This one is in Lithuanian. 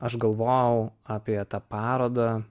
aš galvojau apie tą parodą